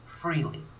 freely